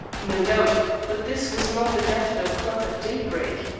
no doubt but this was not the daffodil club at daybreak.